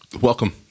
Welcome